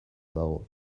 dago